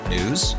News